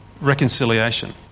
reconciliation